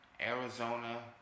Arizona